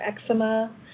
eczema